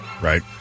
right